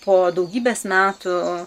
po daugybės metų